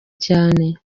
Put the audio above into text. cyane